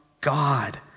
God